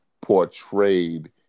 portrayed